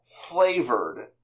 flavored